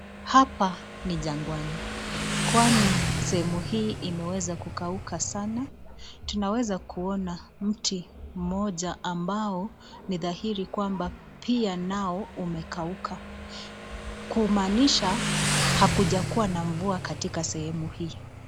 Hapa ni jangwani, kwani sehemu hii imeweza kukauka sana. Tunaweza kuona mti mmojo ambao ni dhahiri kwamba pia nao umekauka kumaanisha hakujakuwa na mvua katika sehemu hii.